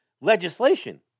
legislation